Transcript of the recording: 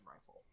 rifle